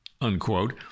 unquote